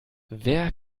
wer